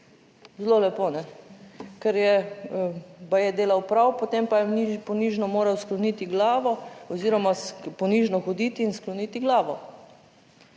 Zelo lepo, ker je baje delal prav, potem pa je ponižno moral skloniti glavo oziroma ponižno hoditi in skloniti glavo.